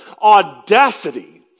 audacity